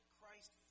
Christ